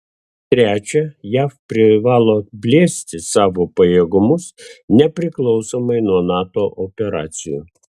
trečia jav privalo plėsti savo pajėgumus nepriklausomai nuo nato operacijų